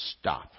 stop